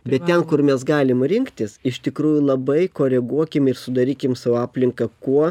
bet ten kur mes galim rinktis iš tikrųjų labai koreguokim ir sudarykim sau aplinką kuo